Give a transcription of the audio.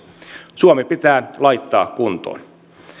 suomi pitää laittaa kuntoon